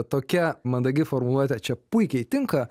tokia mandagi formuluotė čia puikiai tinka